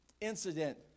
incident